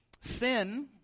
Sin